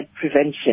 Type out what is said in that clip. Prevention